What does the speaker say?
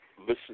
listen